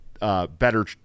better